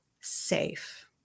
safe